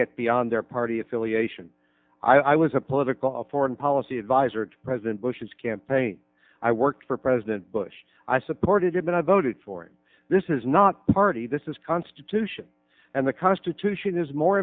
get beyond their party affiliation i was a political a foreign policy adviser to president bush's campaign i worked for president bush i supported him and i voted for him this is not a party this is constitution and the constitution is more